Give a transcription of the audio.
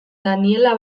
daniella